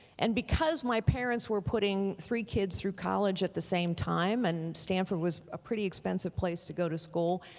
and because my parents were putting three kids through college at the same time and stanford was a pretty expensive place to go to school,